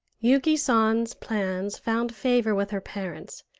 yuki san's plans found favor with her parents,